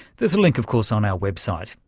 there's a link of course on our website.